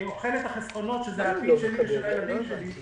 אני אוכל את החסכונות שזה העתיד שלי ושל הילדים שלי.